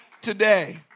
today